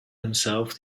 himself